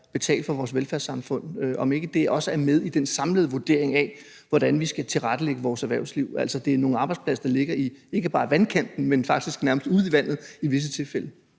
betale for vores velfærdssamfund? Skal det ikke også med i den samlede vurdering af, hvordan vi skal tilrettelægge vores erhvervsliv? Det er nogle arbejdspladser, der ligger ikke bare i vandkanten, men i visse tilfælde